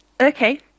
Okay